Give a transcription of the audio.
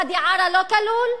ואדי-עארה לא כלול?